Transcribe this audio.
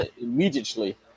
Immediately